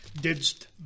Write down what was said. didst